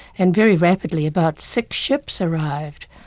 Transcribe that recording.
and very rapidly about six ships arrived,